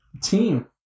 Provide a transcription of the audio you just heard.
team